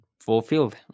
fulfilled